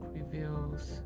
Reveals